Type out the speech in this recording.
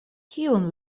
kiun